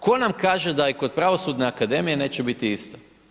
Tko nam kaže da je kod pravosudne akademije neće biti isto?